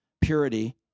purity